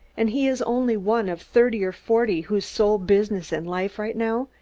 and he is only one of thirty or forty whose sole business in life, right now,